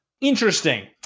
Interesting